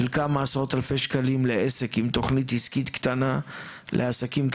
של כמה עשרות אלפי שקלים לעסק עם תכנית עסקית קטנה לעסקים קטנים,